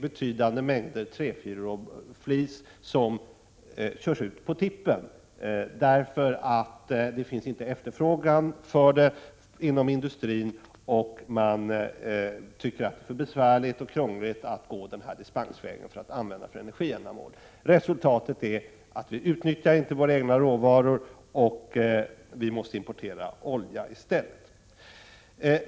Betydande mängder träfiberflis körs ut på tippen, därför att det inte finns efterfrågan på det inom industrin och man tycker att det är för besvärligt att gå dispensvägen och använda det för energiändamål. Resultatet är att vi inte utnyttjar våra egna råvaror, och vi måste importera olja i stället.